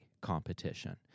competition